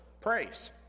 praise